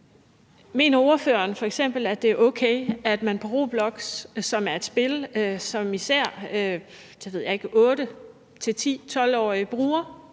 Mener ordføreren f.eks., at det er okay, at man på Roblox, som er et spil, som især 8-10-12-årige bruger,